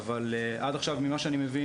אבל עד עכשיו ממה שאני מבין,